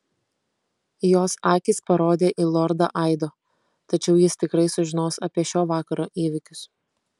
jos akys parodė į lordą aido tačiau jis tikrai sužinos apie šio vakaro įvykius